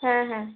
হ্যাঁ হ্যাঁ